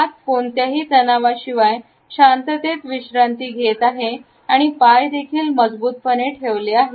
हात कोणत्याही तणावाशिवाय शांततेत विश्रांती घेत आहेत आणि पाय देखील मजबूतपणे ठेवले आहेत